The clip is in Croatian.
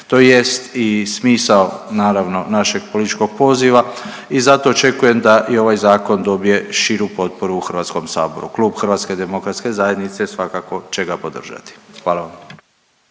To jest i smisao naravno našeg političkog poziva i zato očekujem da i ovaj zakon dobije širu potporu u Hrvatskom saboru. Klub HDZ-a svakako će ga podržati. Hvala vam